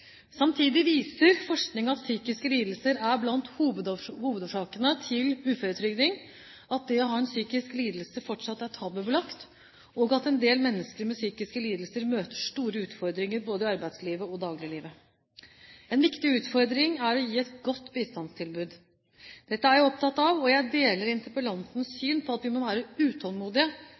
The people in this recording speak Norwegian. Samtidig viser forskning at psykiske lidelser er blant hovedårsakene til uføretrygding, at det å ha en psykisk lidelse fortsatt er tabubelagt, og at en del mennesker med psykiske lidelser møter store utfordringer både i arbeidslivet og dagliglivet. En viktig utfordring er å gi et godt bistandstilbud. Dette er jeg opptatt av, og jeg deler interpellantens syn om at vi må være utålmodige